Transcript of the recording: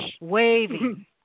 waving